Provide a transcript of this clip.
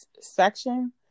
section